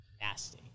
Nasty